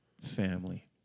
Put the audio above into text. family